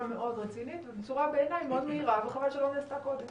מאוד רצינית ובצורה בעיני מאוד מהירה וחבל שלא נעשה קודם.